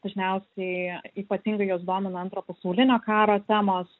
dažniausiai ypatingai juos domina antro pasaulinio karo temos